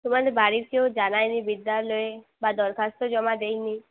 তোমাদের বাড়ির কেউ জানায়নি বিদ্যালয়ে বা দরখাস্ত জমা দেয়নি